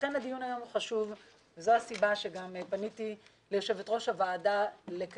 לכן הדיון חשוב וזו הסיבה שפניתי ליושבת ראש הוועדה בבקשה